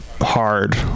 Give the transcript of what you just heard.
hard